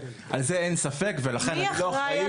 על זה אין ספק, ולכן אני לא אחראי.